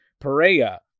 Perea